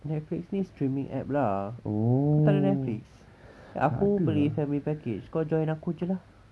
netflix ni streaming app lah kau takde netflix aku beli family package kau join aku jer lah